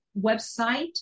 website